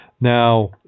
Now